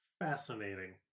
Fascinating